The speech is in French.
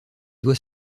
doit